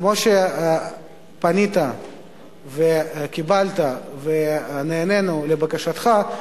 כמו שפנית וקיבלת ונענינו לבקשתך,